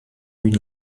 une